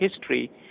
history